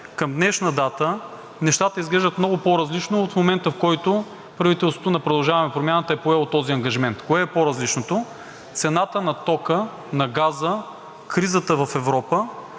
към днешна дата нещата изглеждат много по-различно от момента, в който правителството на „Продължаваме Промяната“ е поело този ангажимент.“ Кое е по-различното? Цената на тока, на газа, кризата в Европа